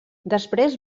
després